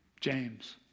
James